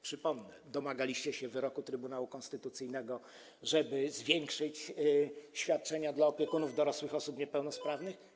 Przypomnę: domagaliście się wyroku Trybunału Konstytucyjnego, żeby zwiększyć świadczenia dla opiekunów dorosłych osób niepełnosprawnych.